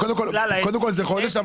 קודם כול זה חודש.